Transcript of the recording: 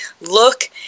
look